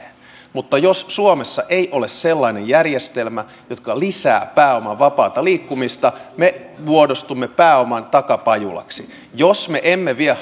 mutta jos suomessa ei ole sellainen järjestelmä joka lisää pääoman vapaata liikkumista me muodostumme pääoman takapajulaksi jos me emme vie